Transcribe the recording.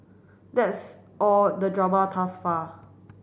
that's all the drama far